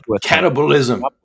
cannibalism